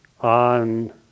on